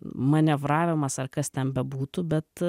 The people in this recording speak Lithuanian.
manevravimas ar kas ten bebūtų bet